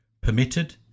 permitted